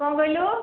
କଣ କହିଲୁ